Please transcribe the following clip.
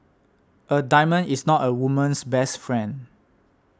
a diamond is not a woman's best friend